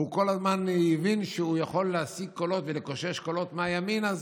והוא כל הזמן הבין שהוא יכול להשיג קולות ולקושש קולות מהימין,